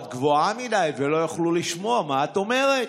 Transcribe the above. את גבוהה מדי ולא יוכלו לשמוע מה את אומרת.